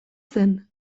zen